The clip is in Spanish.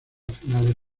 finales